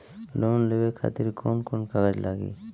Loan लेवे खातिर कौन कौन कागज लागी?